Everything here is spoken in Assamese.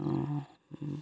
অঁ